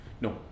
No